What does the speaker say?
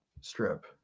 strip